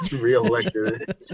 reelected